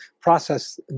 process